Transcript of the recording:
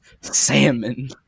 salmon